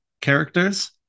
characters